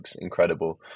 incredible